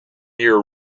year